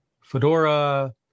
Fedora